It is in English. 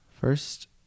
first